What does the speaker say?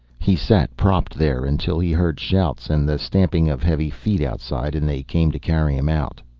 he sat, propped there, until he heard shouts and the stamping of heavy feet outside, and they came to carry him out.